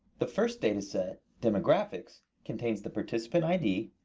the first data set, demographics, contains the participant id,